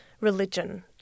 religion